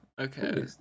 Okay